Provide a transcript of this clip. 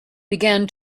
began